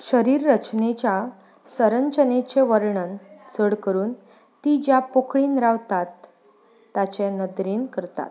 शरीर रचनेच्या संरचनेचें वर्णन चड करून तीं ज्या पोकळींत रावतात ताचे नदरेन करतात